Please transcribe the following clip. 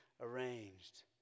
arranged